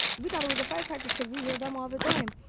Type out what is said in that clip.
we thought it was a firecracker because we hear them all the time.